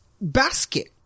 Basket